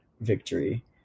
victory